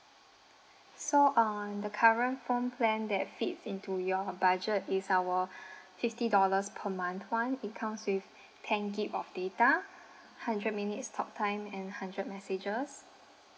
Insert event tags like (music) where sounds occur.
so on the current phone plan that fits into you budget is our (breath) fifty dollars per month one it comes with ten G_B of data hundred minutes talk time and hundred messages